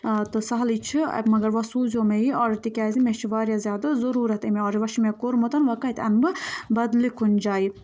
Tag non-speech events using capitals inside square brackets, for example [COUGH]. تہٕ سَہلٕے چھُ [UNINTELLIGIBLE] مگر وۄنۍ سوٗزیو مےٚ یہِ آرڈَر تِکیٛازِ مےٚ چھِ واریاہ زیادٕ ضٔروٗرت اَمہِ آرڈَر وۄنۍ چھِ مےٚ کوٚرمُت وۄنۍ کَتہِ اَنہٕ بہٕ بَدلہِ کُنہِ جایہِ